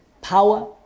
power